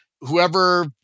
whoever